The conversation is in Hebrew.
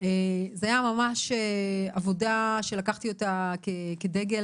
זה היה ממש עבודה שלקחתי אותה כדגל